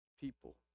people